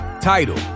Title